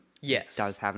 Yes